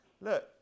Look